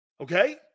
Okay